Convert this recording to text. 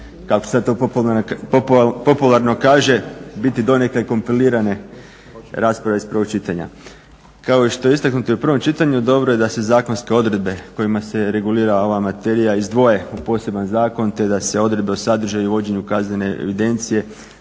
kako se to popularno kaže biti donekle kompilirana rasprava iz prvog čitanja. Kao i što je istaknuto u prvom čitanju, dobro je da se zakonske odredbe kojima se regulira ova materija izdvoje u poseban zakon te da se odredbe o sadržaju i vođenju kaznene evidencije,